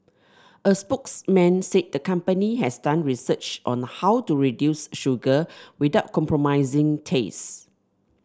a spokesman said the company has done research on how to reduce sugar without compromising taste